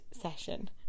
session